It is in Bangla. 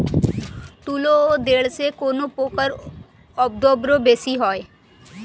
তুলো ও ঢেঁড়সে কোন পোকার উপদ্রব বেশি হয়?